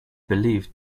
believed